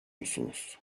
musunuz